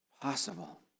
possible